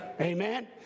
Amen